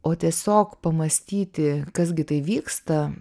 o tiesiog pamąstyti kas gi tai vyksta